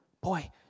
boy